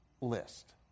list